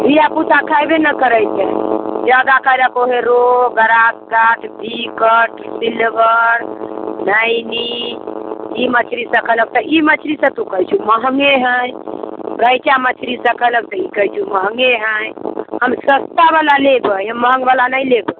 धिया पूता खयबे नहि करै छै जादा खयलक वही रहू सिकट सिल्वर नैनी ई मछली सब खयलक तऽ ई मछली सब तू कहै छी महगे हय रैका मछली सब कहलक तऽ तू कहै छी महगे हय हम सस्तावला लेबे हम महगवला नहि लेबे